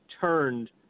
turned